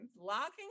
Locking